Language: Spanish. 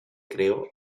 creó